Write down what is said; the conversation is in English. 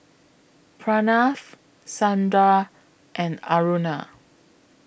Pranav Sundar and Aruna